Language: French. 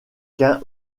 qu’un